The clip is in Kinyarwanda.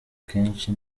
kenshi